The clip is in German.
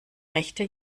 rechte